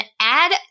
add